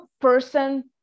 person